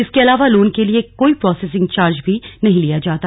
इसके अलावा लोन के लिए कोई प्रोसेसिंग चार्ज भी नहीं लिया जाता